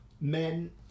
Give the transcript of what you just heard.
men